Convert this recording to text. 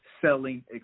selling